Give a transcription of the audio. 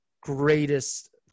greatest